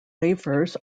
wafers